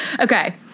Okay